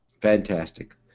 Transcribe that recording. Fantastic